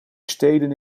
steden